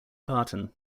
parton